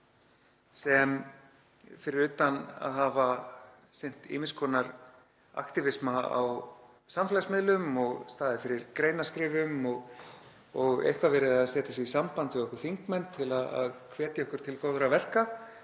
Fyrir utan að hafa sinnt ýmiss konar aktífisma á samfélagsmiðlum og staðið fyrir greinaskrifum og eitthvað verið að setja sig í samband við okkur þingmenn til að hvetja okkur til góðra verka,